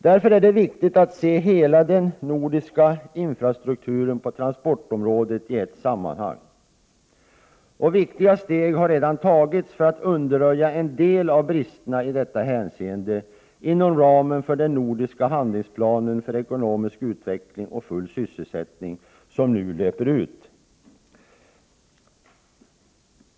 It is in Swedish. Det är därför viktigt att se hela den nordiska infrastrukturen på transportområdet i ett sammanhang. Viktiga steg har redan tagits för att undanröja en del av bristerna i detta hänseende inom ramen för den nordiska handlingsplanen för ekonomisk utveckling och full sysselsättning som nu löper ut.